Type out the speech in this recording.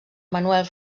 manuel